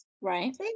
Right